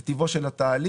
זה טיבו של התהליך.